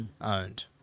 owned